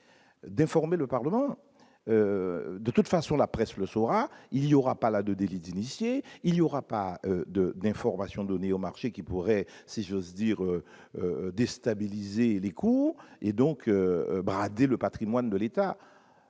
d'informer le Parlement de toute façon, la presse, le souverain, il y aura pas la de délit d'initié, il y aura pas de d'information donnée au marché qui pourrait, si j'ose dire, déstabilisé les cours et donc brader le Patrimoine de l'État,